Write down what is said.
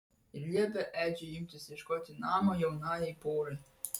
ir liepė edžiui imtis ieškoti namo jaunajai porai